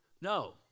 No